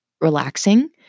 relaxing